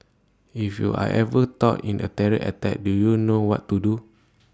if you are ever sought in A terror attack do you know what to do